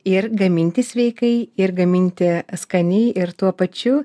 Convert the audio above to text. ir gaminti sveikai ir gaminti skaniai ir tuo pačiu